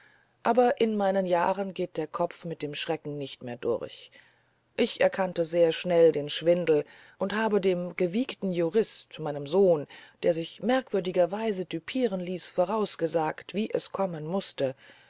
aber in meinen jahren geht der kopf mit dem schrecken nicht mehr durch ich erkannte sehr schnell den schwindel und habe dem gewiegten juristen meinem sohn der sich merkwürdigerweise düpieren ließ vorausgesagt wie es kommen mußte